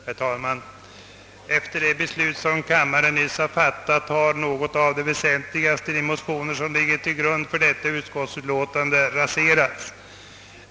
Herr talman! Efter det av kammaren nyss fattade beslutet har något av det väsentligaste i de motioner som ligger till grund för detta utskottsutlåtande raserats.